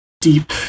deep